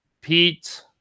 Pete